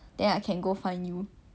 ya